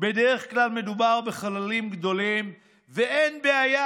בדרך כלל מדובר בחללים גדולים ואין בעיה.